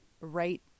right